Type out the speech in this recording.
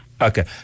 Okay